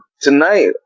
tonight